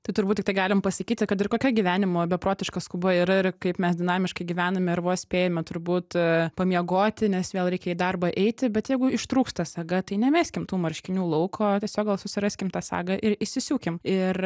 tai turbūt tikrai galim pasakyti kad ir kokia gyvenimo beprotiška skuba yra ir kaip mes dinamiškai gyvename ir vos spėjame turbūt a pamiegoti nes vėl reikia į darbą eiti bet jeigu ištrūksta saga tai nemeskim tų marškinių lauk o tiesiog gal susiraskim tą sagą ir įsisiūkim ir